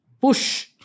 push